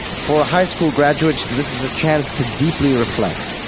for high school graduates, this is a chance to deeply reflect.